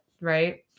right